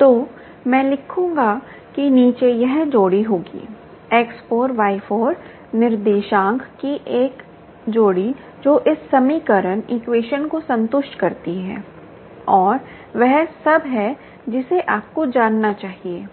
तो मैं लिखूंगा कि नीचे एक जोड़ी होगी X4 Y4 निर्देशांक की एक जोड़ी जो इस समीकरण को संतुष्ट करती है और वह सब है जिसे आपको जानना चाहिए